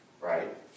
right